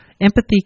empathy